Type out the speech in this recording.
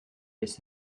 bis